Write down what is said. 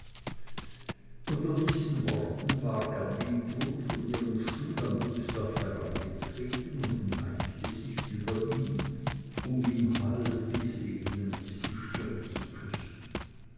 unter diesen worten war ermyntrud von ihrem stuhl an dubslav herangetreten und neigte sich über ihn um ihm halb wie segnend die stirn zu küssen